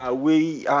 ah we,